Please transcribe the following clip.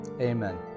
Amen